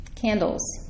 candles